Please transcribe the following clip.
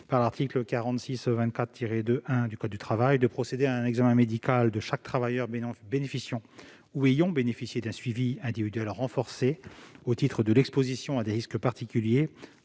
par l'article L. 4624-2-1 du code du travail, de procéder à un examen médical de chaque travailleur bénéficiant ou ayant bénéficié d'un suivi individuel renforcé au titre de l'exposition à des risques particuliers